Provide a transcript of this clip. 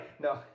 No